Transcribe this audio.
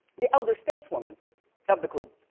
the elder states woman of the group.